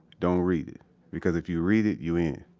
don't read it because if you read it you in.